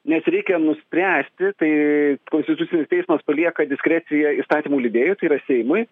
nes reikia nuspręsti tai konstitucinis teismas palieka diskreciją įstatymų leidėjui tai yra seimui